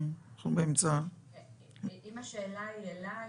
אם השאלה היא אלי,